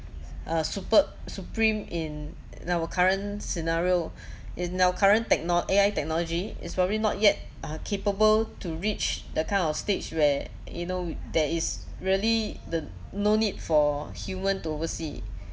uh superb supreme in in our current scenario in our current techno~ A_I technology is probably not yet uh capable to reach the kind of stage where you know there is really the no need for human to oversee